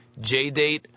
JDate